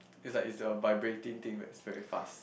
it's like is a vibrating thing right it's very fast